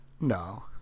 No